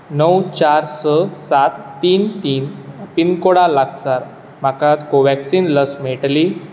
णव चार स सात तीन तीन पिनकोडा लागसार म्हाका कोव्हॅक्सिन लस मेळटली